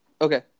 Okay